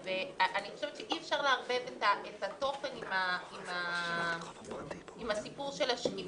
אני חושבת שאי אפשר לערבב את התוכן עם הסיפור של השקיפות,